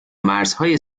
مرزهای